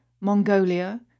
Mongolia